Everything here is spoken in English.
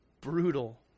brutal